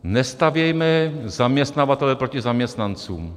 Nestavějme zaměstnavatele proti zaměstnancům.